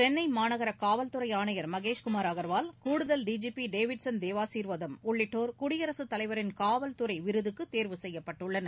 சென்னை மாநகர காவல்துறை ஆணையர் மகேஷ்குமார் அகர்வால் கூடுதல் D G P Davidson Devasirvatham உள்ளிட்டோர் குடியரசுத்தலைவரின் காவல்துறை விருதுக்கு தேர்வு செய்யப்பட்டுள்ளனர்